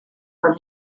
from